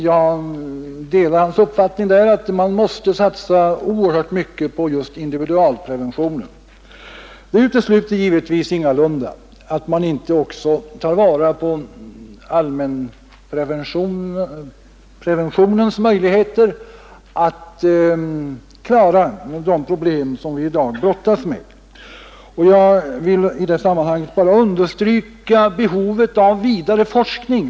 Jag delar hans uppfattning att man måste satsa oerhört mycket på just individualprevention, omsorgen om de enskilda människorna. Det utesluter givetvis ingalunda att man också tar vara på allmänpreventionens möjligheter att klara de problem vi i dag brottas med. Jag vill i sammanhanget bara understryka behovet av vidare forskning.